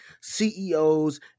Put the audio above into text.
CEOs